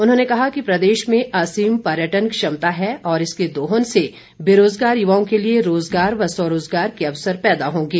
उन्होंने कहा कि प्रदेश में असीम पर्यटन क्षमता है और इसके दोहन से बेरोज़गार युवाओं के लिए रोज़गार व स्वरोज़गार के अवसर पैदा होंगे